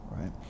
Right